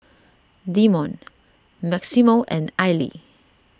Demond Maximo and Aili